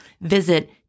Visit